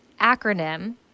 acronym